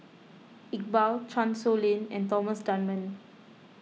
Iqbal Chan Sow Lin and Thomas Dunman